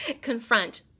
confront